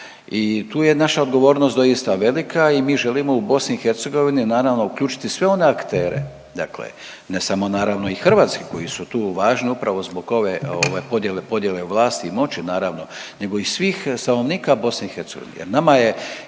I tu je naša odgovornost doista velika i mi želimo u BiH naravno uključiti sve one aktere, dakle ne samo naravno i hrvatski koji su tu važni upravo zbog ove podjele, podjele vlasti i moći naravno nego i svih stanovnika BiH jer nama je